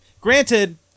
Granted